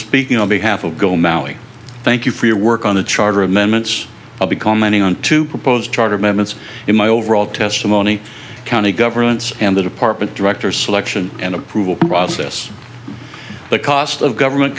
speaking on behalf of go maui thank you for your work on the charter amendments i'll be commenting on two proposed charter minutes in my overall testimony county governments and the department director selection and approval process the cost of government